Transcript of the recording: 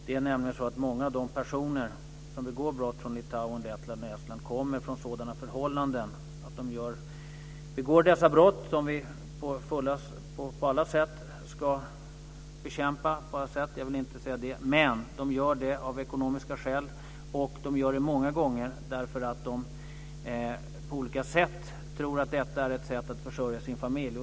Det är nämligen så att många av de personer från Litauen, Lettland och Estland som begår brott kommer från sådana förhållanden att de begår dessa brott - som vi på alla sätt ska bekämpa, jag vill inte säga annat - av ekonomiska skäl och många gånger därför att de tror att detta är ett sätt att försörja sin familj.